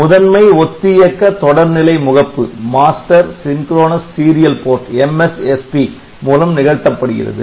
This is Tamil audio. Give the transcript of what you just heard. முதன்மை ஒத்தியக்க தொடர்நிலை முகப்பு மூலம் நிகழ்த்தப்படுகிறது